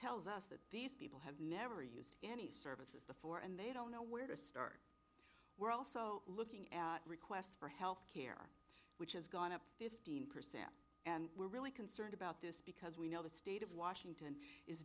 tells us that these people have never used any services before and they don't know where to start we're also looking at requests for health care which has gone up fifteen percent and we're really concerned about this because we know the state of washington is